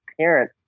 parent